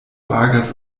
agas